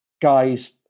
guys